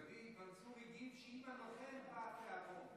דוד, מנסור, שעם הנוכל בא התיאבון.